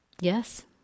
Yes